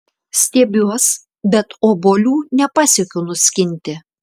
stiebiuos bet obuolių nepasiekiu nuskinti